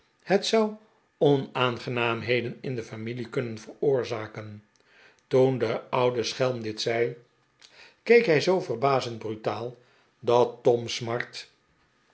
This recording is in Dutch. het zou onaangenaamheden in de familie kunnen veroorzaken toen de oude schelm dit zei keek hi zoo verbzend brutaal dat tom smart